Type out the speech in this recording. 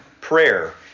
prayer